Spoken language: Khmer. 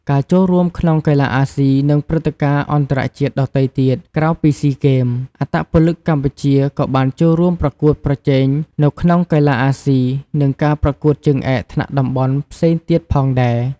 ការចូលរួមក្នុងកីឡាអាស៊ី និងព្រឹត្តិការណ៍អន្តរជាតិដទៃទៀតក្រៅពីស៊ីហ្គេម អត្តពលិកកម្ពុជាក៏បានចូលរួមប្រកួតប្រជែងនៅក្នុងកីឡាអាស៊ី និងការប្រកួតជើងឯកថ្នាក់តំបន់ផ្សេងទៀតផងដែរ ។